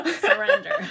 Surrender